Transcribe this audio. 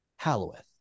Halloweth